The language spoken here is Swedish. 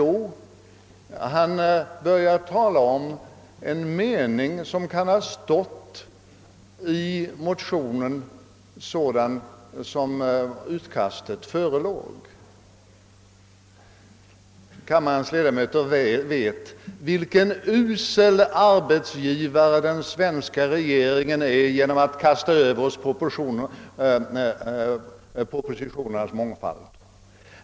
Jo, han börjar tala om en mening som kan ha stått i motionen, sådant som utkastet förelåg. Kammarens ledamöter vet vilken usel arbetsgivare den svenska regeringen är genom att den nästan på en gång kastar över oss propositionernas mångfald.